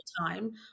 time